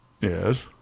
Yes